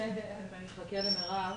אותו דבר גם בנושא של